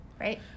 Right